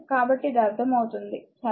కాబట్టి ఇది అర్థమవుతుంది సరే